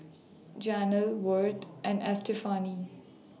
Janel Worth and Estefani